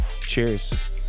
cheers